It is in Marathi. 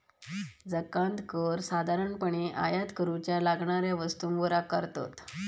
जकांत कर साधारणपणे आयात करूच्या लागणाऱ्या वस्तूंवर आकारतत